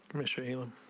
mystery on